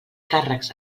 càrrecs